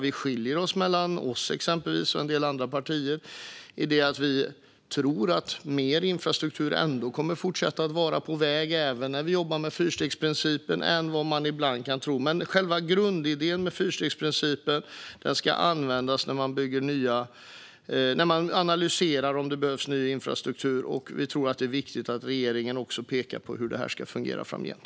Vi skiljer oss nog från en del andra partier i det att vi tänker att mer infrastruktur än vad man ibland kan tro kommer att fortsätta att vara på väg även när vi jobbar med fyrstegsprincipen. Men själva grundidén är att fyrstegsprincipen ska användas när man analyserar om det behövs ny infrastruktur, och vi tror att det är viktigt att regeringen också pekar på hur detta ska fungera framgent.